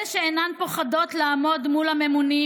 אלה שאינן פוחדות לעמוד מול הממונים